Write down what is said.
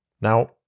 Now